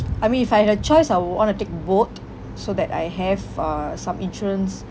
I mean if I had a choice I would want to take both so that I have uh some insurance